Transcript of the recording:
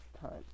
time